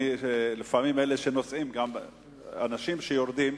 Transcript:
לפעמים אלה שנוסעים, גם אנשים יורדים.